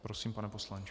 Prosím, pane poslanče.